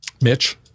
Mitch